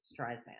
Streisand